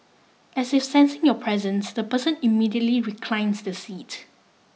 as if sensing your presence the person immediately reclines the seat